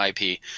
IP